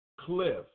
Cliff